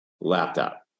Laptop